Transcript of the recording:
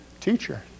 Teacher